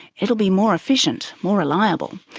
it will be more efficient, more reliable,